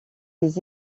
des